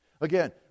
again